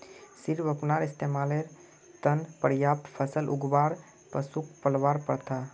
सिर्फ अपनार इस्तमालेर त न पर्याप्त फसल उगव्वा आर पशुक पलवार प्रथा